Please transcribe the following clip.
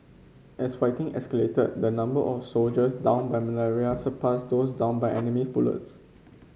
as fighting escalated the number of soldiers downed by malaria surpassed those downed by enemy bullets